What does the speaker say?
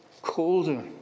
colder